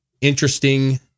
interesting